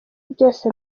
byose